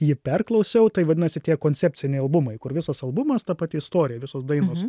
jį perklausiau tai vadinasi tie koncepciniai albumai kur visas albumas ta pati istorija visos dainos